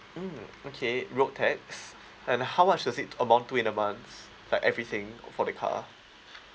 mm okay road tax and how much does it amount to in a month like everything for the car